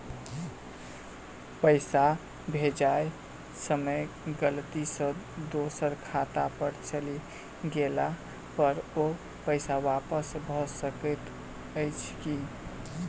पैसा भेजय समय गलती सँ दोसर खाता पर चलि गेला पर ओ पैसा वापस भऽ सकैत अछि की?